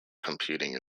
computing